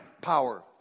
power